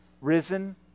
risen